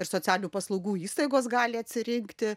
ir socialinių paslaugų įstaigos gali atsirinkti